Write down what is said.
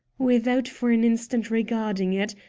without for an instant regarding it,